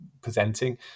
presenting